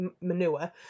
manure